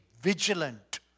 vigilant